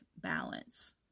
balance